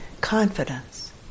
confidence